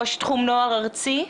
ראש תחום נוער ארצי,